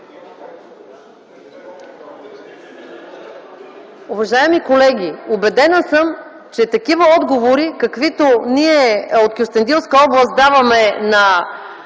Уважаеми колеги, убедена съм, че такива отговори, каквито ние от Кюстендилска област даваме на